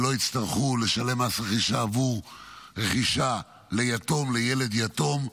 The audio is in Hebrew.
שלא יצטרכו לשלם מס רכישה עבור רכישה לילד יתום,